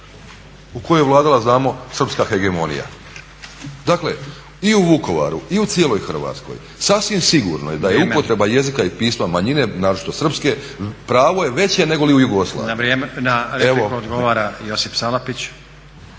u kojoj je vladala znamo srpska hegemonija. Dakle i u Vukovaru i u cijeloj Hrvatskoj sasvim sigurno je da je upotreba jezika i pisma manjine naročito srpske pravo je veće negoli u Jugoslaviji. **Stazić, Nenad (SDP)** Na repliku odgovara Josip Salapić.